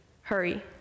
hurry